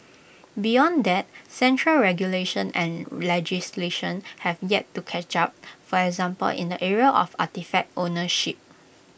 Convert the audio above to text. beyond that central regulation and legislation have yet to catch up for example in the area of artefact ownership